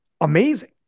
amazing